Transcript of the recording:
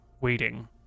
waiting